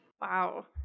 Wow